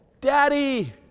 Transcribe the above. Daddy